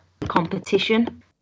competition